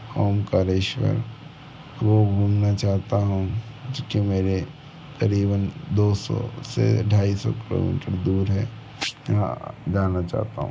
ओंकालेश्वर वो घूमना चाहता हूँ क्योंकि मेरे क़रीबन दो सौ से ढाई सौ किलोमीटर दूर है जहाँ जाना चाहता